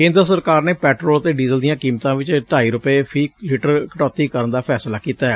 ਕੇਂਦਰ ਸਰਕਾਰ ਨੇ ਪੈਟਰੋਲ ਅਤੇ ਡੀਜ਼ਲ ਦੀਆਂ ਕੀਮਤਾਂ ਵਿਚ ਢਾਈ ਢਾਈ ਰੁਪੈ ਫ਼ੀ ਲਿਟਰ ਕਟੌਤੀ ਕਰਨ ਦਾ ਫੈਸਲਾ ਕੀਤੈ